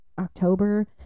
October